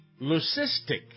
leucistic